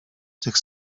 tych